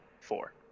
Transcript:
four